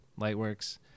Lightworks